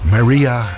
Maria